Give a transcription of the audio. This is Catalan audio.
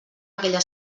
aquella